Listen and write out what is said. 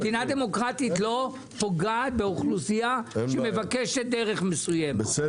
מדינה דמוקרטית לא פוגעת באוכלוסייה שמבקשת דרך מסוימת.